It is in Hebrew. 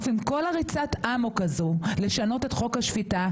עם כל ריצת האמוק הזאת לשנות את חוק השפיטה,